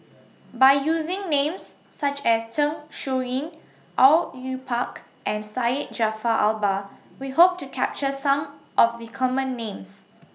By using Names such as Zeng Shouyin Au Yue Pak and Syed Jaafar Albar We Hope to capture Some of The Common Names